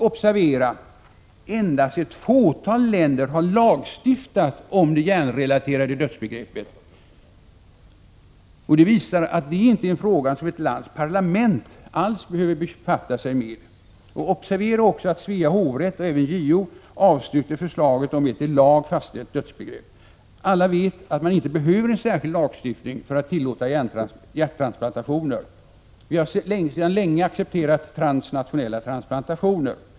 Observera att endast ett fåtal länder har lagstiftat om det hjärnrelaterade dödsbegreppet. Det visar att detta inte är en fråga som ett lands parlament alls behöver befatta sig med. Observera också att Svea hovrätt och även JO avstyrkte förslaget om ett i lag fastställt dödsbegrepp. Alla vet att man inte behöver en särskild lagstiftning för att tillåta hjärttransplantationer. Vi har sedan länge accepterat transnationella transplantationer.